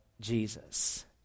Jesus